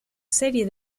serie